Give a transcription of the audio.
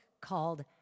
called